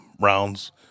rounds